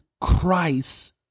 Christ